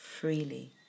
freely